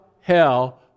hell